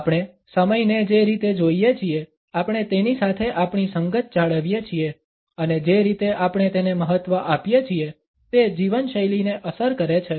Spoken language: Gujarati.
આપણે સમયને જે રીતે જોઈએ છીએ આપણે તેની સાથે આપણી સંગત જાળવીએ છીએ અને જે રીતે આપણે તેને મહત્વ આપીએ છીએ તે જીવનશૈલીને અસર કરે છે